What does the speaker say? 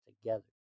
together